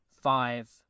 five